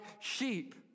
sheep